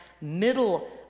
middle